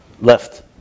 left